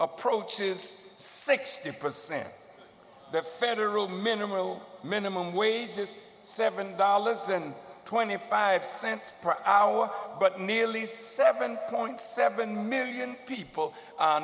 approaches sixty percent the federal minimal minimum wage is seven dollars and twenty five cents per hour but nearly seven point seven million people